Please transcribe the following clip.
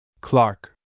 Clark